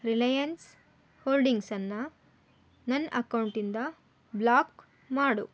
ರಿಲಯನ್ಸ್ ಹೋಲ್ಡಿಂಗ್ಸನ್ನು ನನ್ನ ಅಕೌಂಟಿಂದ ಬ್ಲಾಕ್ ಮಾಡು